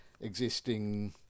existing